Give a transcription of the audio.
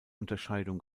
unterscheidung